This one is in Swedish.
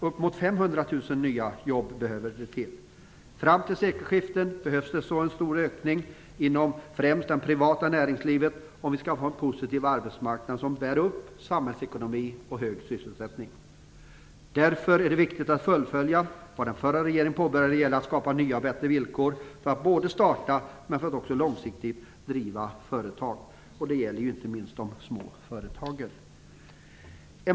Uppemot 500 000 nya jobb behövs. Fram till sekelskiftet behövs det en stor ökning inom främst det privata näringslivet om vi skall få en positiv arbetsmarknad som bär upp samhällsekonomi och hög sysselsättning. Därför är det viktigt att fullfölja vad den förra regeringen påbörjade då det gällde att skapa nya och bättre villkor för att både starta och långsiktigt driva företag. Det gäller inte minst de små företagen.